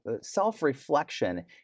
self-reflection